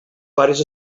pares